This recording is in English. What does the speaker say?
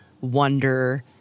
wonder